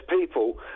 people